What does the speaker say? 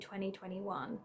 2021